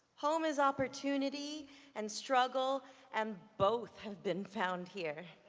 home is opportunity and struggle and both have been found here.